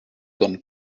gone